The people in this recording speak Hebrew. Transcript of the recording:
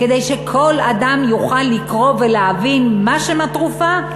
כדי שכל אדם יוכל לקרוא ולהבין מה שם התרופה.